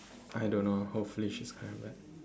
I don't know hopefully she is coming back